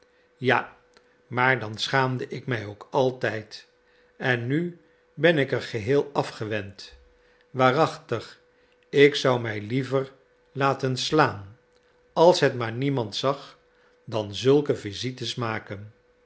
ja maar dan schaamde ik mij ook altijd en nu ben ik er geheel afgewend waarachtig ik zou mij liever laten slaan als het maar niemand zag dan zulke visites maken